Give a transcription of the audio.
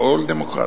הכול דמוקרטיה.